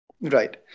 right